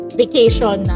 vacation